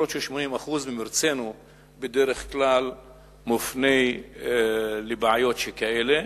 אף-על-פי ש-80% ממרצנו בדרך כלל מופנים לבעיות שכאלה.